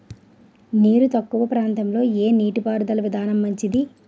నీరు తక్కువ ప్రాంతంలో ఏ నీటిపారుదల విధానం మంచిది?